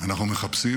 אנחנו מחפשים